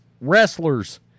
wrestlers